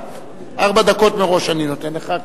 ארבע דקות מראש אני נותן לך.